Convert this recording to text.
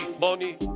money